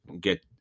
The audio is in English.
get